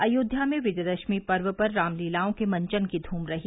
अयोध्या में विजयदशमी पर्व पर रामलीलाओं के मंचन की धूम रही